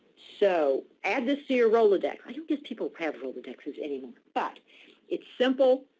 so add this to your rolodex. i don't guess people have rolodexes anymore. but it's simple.